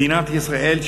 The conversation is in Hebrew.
מדינת ישראל,